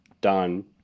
done